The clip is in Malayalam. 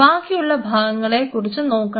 ബാക്കിയുള്ള ഭാഗങ്ങളെ കുറിച്ച് നോക്കണ്ട